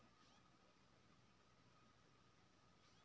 एहि बेर खेते मे खेरही रोपलनि